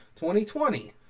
2020